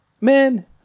Man